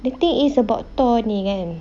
the thing is about thor ni kan